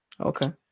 Okay